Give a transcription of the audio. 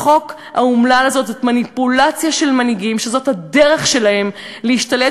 החוק האומלל הזה הוא מניפולציה של מנהיגים שזאת הדרך שלהם להשתלט